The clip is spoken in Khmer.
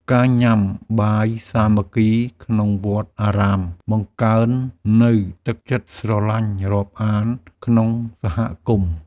ការញ៉ាំបាយសាមគ្គីក្នុងវត្តអារាម បង្កើននូវទឹកចិត្តស្រឡាញ់រាប់អានក្នុងសហគមន៍។